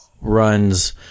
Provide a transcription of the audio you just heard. runs